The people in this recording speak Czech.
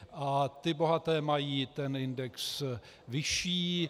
A ty bohaté mají ten index vyšší.